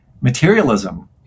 materialism